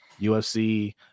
UFC